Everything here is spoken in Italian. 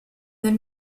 del